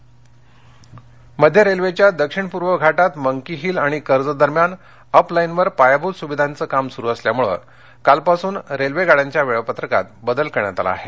railway मध्य रेल्वेच्या दक्षिण पूर्व घाटात मंकी हिल आणि कर्जत दरम्यान अप लाईनवर पायाभूत सुविधांचे काम सुरु असल्यामुळे कालपासून गाड्यांच्या वेळापत्रकात बदल करण्यात आला आहे